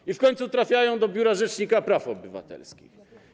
I w końcu trafiają do Biura Rzecznika Praw Obywatelskich.